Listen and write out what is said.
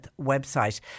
website